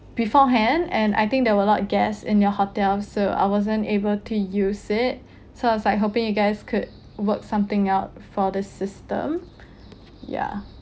beforehand and I think there were a lot guests in your hotel so I wasn't able to use it so I was like hoping you guys could work something out for the system yeah